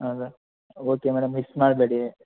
ಹೌದಾ okay madam miss ಮಾಡಬೇಡಿ